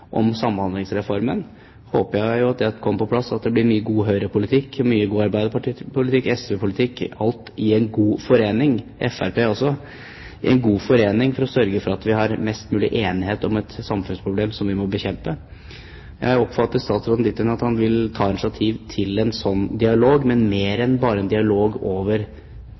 om Samhandlingsreformen – jeg håper at den kommer på plass – får mye god Høyre-politikk, mye god arbeiderpartipolitikk, SV-politikk, fremskrittspartipolitikk også, alt i en god forening, for å sørge for at vi har mest mulig enighet om et samfunnsproblem som vi må bekjempe. Jeg oppfatter statsråden dit hen at han vil ta initiativ til en sånn dialog, men håper mer enn bare en dialog over